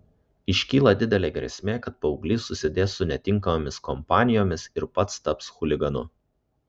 iškyla didelė grėsmė kad paauglys susidės su netinkamomis kompanijomis ir pats taps chuliganu